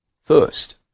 First